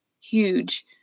huge